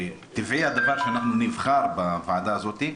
שטבעי הדבר שאנחנו נבחר בוועדה הזאת.